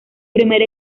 primer